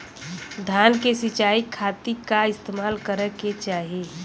धान के सिंचाई खाती का इस्तेमाल करे के चाही?